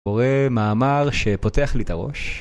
קורא מאמר שפותח לי את הראש